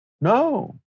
No